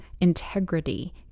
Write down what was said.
integrity